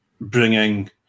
bringing